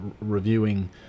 reviewing